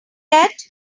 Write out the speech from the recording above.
yet